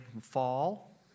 fall